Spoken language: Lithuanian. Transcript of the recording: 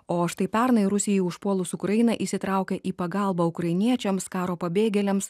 o štai pernai rusijai užpuolus ukrainą įsitraukė į pagalbą ukrainiečiams karo pabėgėliams